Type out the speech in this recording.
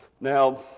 Now